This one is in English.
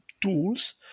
tools